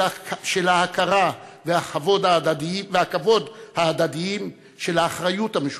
של ההכרה והכבוד ההדדיים, של האחריות המשותפת,